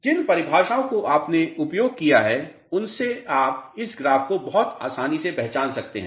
जिन परिभाषाओं का आपने उपयोग किया हैं उनसे आप इस ग्राफ को बहुत आसानी से पहचान सकते हैं